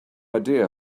idea